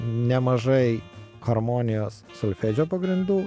nemažai harmonijos solfedžio pagrindų